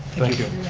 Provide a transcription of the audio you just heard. thank you.